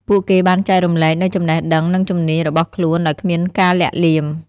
ពួកគេបានចែករំលែកនូវចំណេះដឹងនិងជំនាញរបស់ខ្លួនដោយគ្មានការលាក់លៀម។